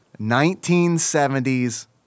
1970s